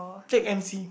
take M_C